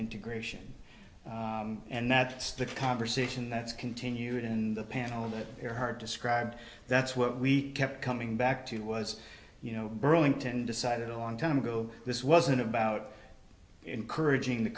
integration and that's the conversation that's continued in the panel that your heart described that's what we kept coming back to was you know burlington decided a long time ago this wasn't about encouraging the